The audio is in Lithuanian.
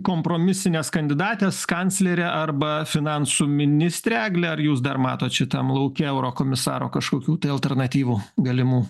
kompromisinės kandidatės kanclerė arba finansų ministre egle ar jūs dar matot šitam lauke eurokomisaro kažkokių tai alternatyvų galimų